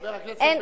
חבר הכנסת בן-ארי.